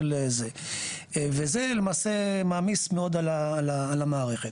וזה למעשה מעמיס מאוד על המערכת.